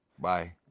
Bye